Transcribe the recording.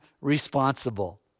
responsible